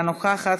אינה נוכחת,